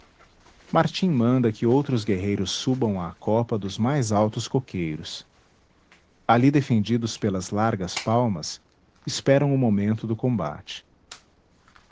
martim manda que outros guerreiros subam à copa dos mais altos coqueiros ali defendidos pelas largas palmas esperam o momento do combate